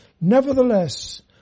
Nevertheless